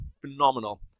phenomenal